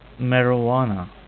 marijuana